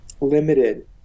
limited